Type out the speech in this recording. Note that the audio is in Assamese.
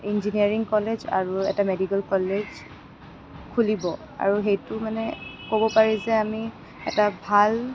ইঞ্জিনিয়াৰিং কলেজ আৰু এটা মেডিকেল কলেজ খুলিব আৰু সেইটো মানে ক'ব পাৰি যে আমি এটা ভাল